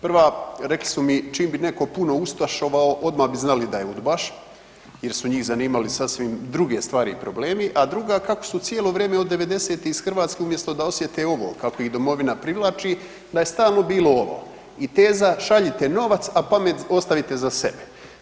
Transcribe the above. Prva, rekli su mi čim bi neko puno ustašovao odma bi znali da je udbaš jer su njih zanimale sasvim druge stvari i problemi, a druga kako su cijelo vrijeme od '90.-tih iz Hrvatske umjesto da osjete ovo kako ih domovina privlači da je stalno bilo ovo i teza šaljite novac, a pamet ostavite za sebe.